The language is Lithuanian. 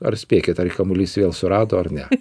ar spėkit ar kamuolys vėl surado ar ne